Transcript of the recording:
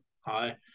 Hi